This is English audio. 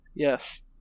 Yes